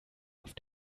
auf